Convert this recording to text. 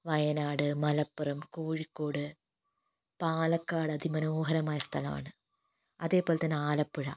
വയനാട് മലപ്പുറം കോഴിക്കോട് പാലക്കാട് അതിമനോഹരമായ സ്ഥലമാണ് അതേപോലെത്തന്നെ ആലപ്പുഴ